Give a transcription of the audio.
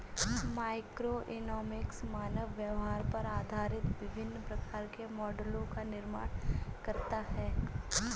microeconomics मानव व्यवहार पर आधारित विभिन्न प्रकार के मॉडलों का निर्माण करता है